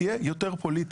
תהיה יותר פוליטית.